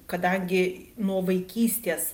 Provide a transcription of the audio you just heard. kadangi nuo vaikystės